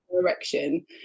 direction